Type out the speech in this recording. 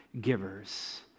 givers